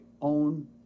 own